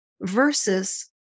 versus